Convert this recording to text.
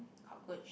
cockroach